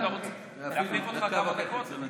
אתה חבר כנסת, אפילו דקה וחצי.